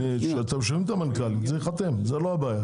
זאת לא הבעיה.